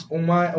uma